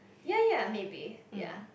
ya ya maybe ya